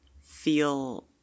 feel